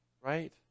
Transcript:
Right